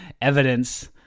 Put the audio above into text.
evidence